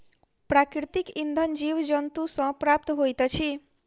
प्राकृतिक इंधन जीव जन्तु सॅ प्राप्त होइत अछि